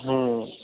ହୁଁ